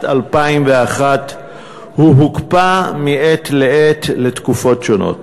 2001 הוא הוקפא מעת לעת לתקופות שונות.